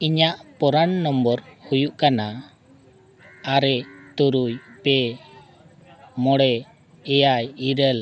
ᱤᱧᱟᱹᱜ ᱯᱚᱨᱟᱱ ᱱᱚᱢᱵᱚᱨ ᱦᱩᱭᱩᱜ ᱠᱟᱱᱟ ᱟᱨᱮ ᱛᱩᱨᱩᱭ ᱯᱮ ᱢᱚᱬᱮ ᱮᱭᱟᱭ ᱤᱨᱟᱹᱞ